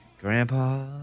Grandpa